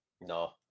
No